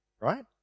right